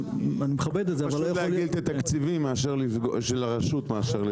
אתה צריך לקחת את ה- 7 מנדטים שלך וש"ס את ה-